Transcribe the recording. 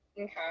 okay